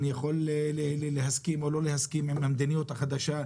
אני יכול להסכים או לא להסכים עם המדיניות החדשה,